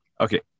Okay